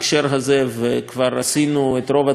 וכבר עשינו את רוב הצעדים הנדרשים.